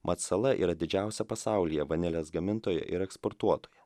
mat sala yra didžiausia pasaulyje vanilės gamintoja ir eksportuotoja